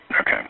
Okay